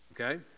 Okay